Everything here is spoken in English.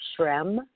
Shrem